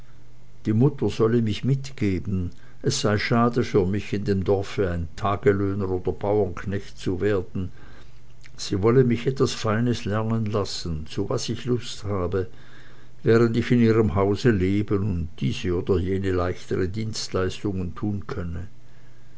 die mutter solle mich mitgeben es sei schade für mich in dem dorfe ein tagelöhner oder bauernknecht zu werden sie wolle mich etwas feines lernen lassen zu was ich lust habe während ich in ihrem hause leben und diese und jene leichten dienstleistungen tun könne